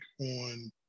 on